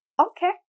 Okay